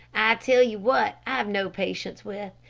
tell you what i've no patience with,